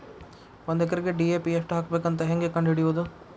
ಒಂದು ಎಕರೆಗೆ ಡಿ.ಎ.ಪಿ ಎಷ್ಟು ಹಾಕಬೇಕಂತ ಹೆಂಗೆ ಕಂಡು ಹಿಡಿಯುವುದು?